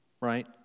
right